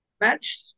match